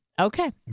okay